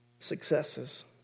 successes